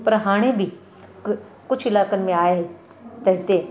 पर हाणे बि कुझु इलाइक़नि में आहे परिते